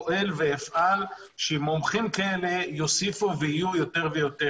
ואני פועל ואפעל שמומחים כאלה יהיו יותר ויותר,